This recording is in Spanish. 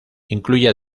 incluye